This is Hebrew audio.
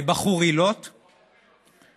בחורילות, בחורילות, כן.